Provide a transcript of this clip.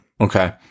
Okay